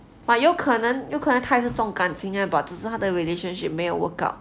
but 有可能有可能他也是重感情 eh but 只是他的 realtionship 没有 work out